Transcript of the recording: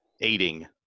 aiding